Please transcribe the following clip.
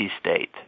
State